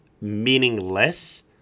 meaningless